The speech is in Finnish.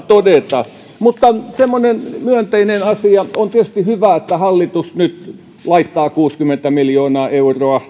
todeta mutta semmoinen myönteinen asia on tietysti hyvä että hallitus nyt laittaa kuusikymmentä miljoonaa euroa